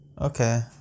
Okay